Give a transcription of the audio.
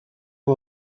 amb